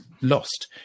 lost